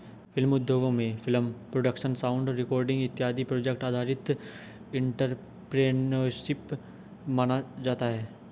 film उद्योगों में film production sound recording इत्यादि प्रोजेक्ट आधारित एंटरप्रेन्योरशिप माना जाता है